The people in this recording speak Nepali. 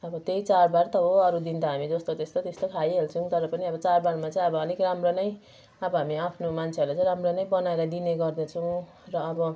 अब त्यही चाडबाड त हो अरू दिन त हामी जस्तो त्यस्तो त्यस्तै खाइहाल्छौँ तर पनि अब चाडबाडमा चाहिँ अब अलिक राम्रो नै अब हामी आफ्नो मान्छेहरूलाई चाहिँ राम्रो नै बनाएर दिने गर्दछौँ र अब